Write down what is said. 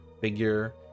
figure